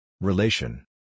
Relation